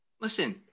listen